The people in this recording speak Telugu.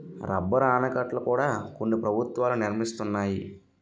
రబ్బరు ఆనకట్టల కూడా కొన్ని ప్రభుత్వాలు నిర్మిస్తున్నాయి